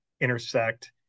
intersect